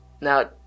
Now